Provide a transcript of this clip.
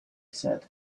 said